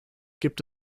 gibt